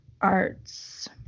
Arts